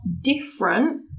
different